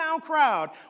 crowd